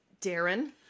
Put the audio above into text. Darren